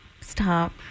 Stop